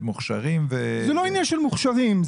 מוכשרים --- זה לא עניין של מוכשרים.